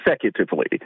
consecutively